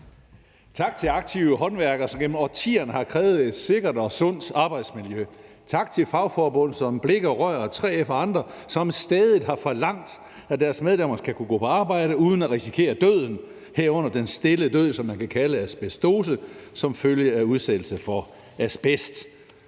Tak til aktive håndværkere, som gennem årtier har krævet et sikkert og sundt arbejdsmiljø. Tak til fagforbund som Blik- og Rørarbejderforbundet, 3F og andre, som stædigt har forlangt, at deres medlemmer skal kunne gå på arbejde uden at risikere døden, herunder den stille død, som man kan kalde asbestose, som følge af udsættelse for asbest.